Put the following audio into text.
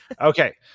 Okay